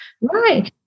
right